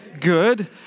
Good